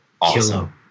awesome